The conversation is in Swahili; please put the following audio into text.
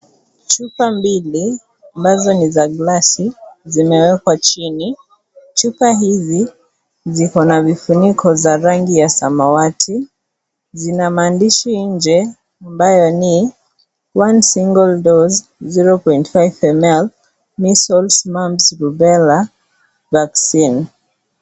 Chupa mbili ambazo ni za glasi zimewekwa chini ,chupa hivi ziko na vifuniko za rangi ya samawati ,zina maandishi nje ambayo ni (CS)one single dose 0.5mls, measles, mumps, rubella vaccine(CS).